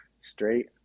straight